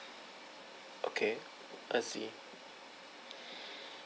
okay I see